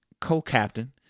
co-captain